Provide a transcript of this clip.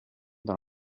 dans